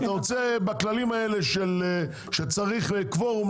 אתה רוצה בכללים האלה שצריך לקוורום,